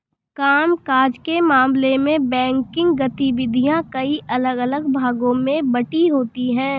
काम काज के मामले में बैंकिंग गतिविधियां कई अलग अलग भागों में बंटी होती हैं